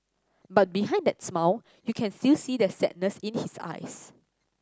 but behind that smile you can still see the sadness in his eyes